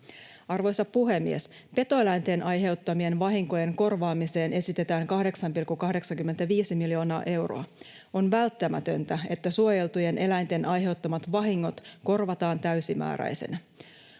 Arvoisa puhemies! Petoeläinten aiheuttamien vahinkojen korvaamiseen esitetään 8,85 miljoonaa euroa. On välttämätöntä, että suojeltujen eläinten aiheuttamat vahingot korvataan täysimääräisenä.